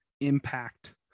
impact